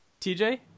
TJ